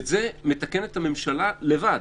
שאת זה מתקנת הממשלה לבד,